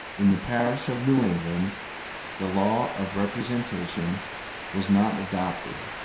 in the parish of new england the law of representation was not adopted,